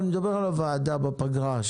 אני מדבר על הוועדה בזמן הפגרה.